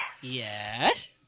Yes